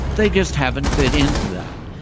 they just haven't fit into that.